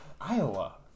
Iowa